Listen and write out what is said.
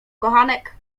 kochanek